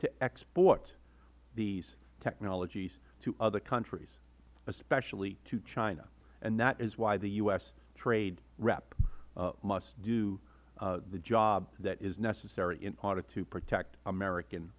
to export these technologies to other countries especially to china and that is why the u s trade rep must do the job that is necessary in order to protect american